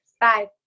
bye